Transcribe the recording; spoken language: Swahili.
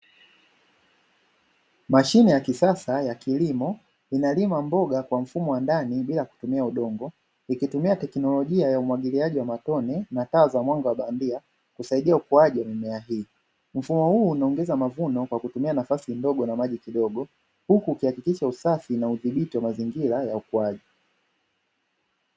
Mashine ya kisasa ya kilimo inalima mboga kwa mfumo wa ndani bila kutumia udongo ikitumia teknolojia ya umwagiliaji wa matone na taa za mwanga bandia kusaidia ukuaji wa mimea hiyo, mfumo huu unaongeza mavuno kwa kutumia nafasi ndogo na maji kidogo huku ukiahakikisha usafi na udhibiti wa mazingira ya ukuaji.